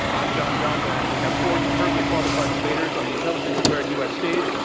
i'm john donvan. we have four superbly qualified debaters on the intelligence squared u. s. stage.